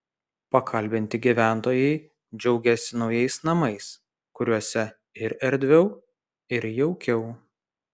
pakalbinti gyventojai džiaugėsi naujais namais kuriuose ir erdviau ir jaukiau